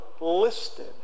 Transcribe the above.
listed